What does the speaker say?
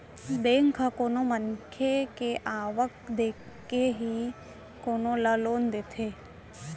bank ह कोनो मनखे के आवक देखके ही कोनो ल लोन देथे